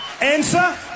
Answer